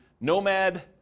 nomad